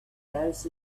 those